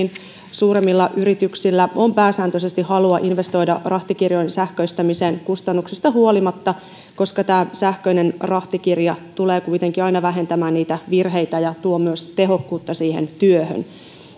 suuremmilla yrityksillä on pääsääntöisesti halua investoida rahtikirjojen sähköistämiseen kustannuksista huolimatta koska tämä sähköinen rahtikirja tulee kuitenkin aina vähentämään niitä virheitä ja tuo myös tehokkuutta siihen työhön